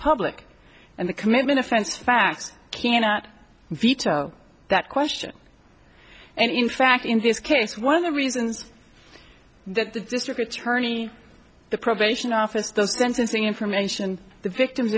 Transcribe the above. public and the commitment offense facts cannot veto that question and in fact in this case one of the reasons that the district attorney the probation office does sentencing information the victim